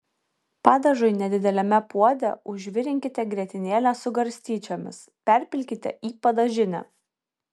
padažui nedideliame puode užvirinkite grietinėlę su garstyčiomis perpilkite į padažinę